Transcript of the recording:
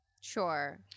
Sure